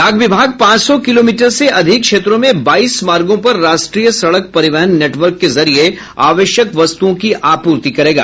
डाक विभाग पांच सौ किलोमीटर से अधिक क्षेत्रों में बाईस मार्गों पर राष्ट्रीय सड़क परिवहन नेटवर्क के जरिये आवश्यक वस्तुओं की आपूर्ति करेगा